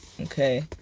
Okay